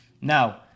Now